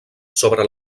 sobre